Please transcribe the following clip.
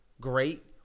great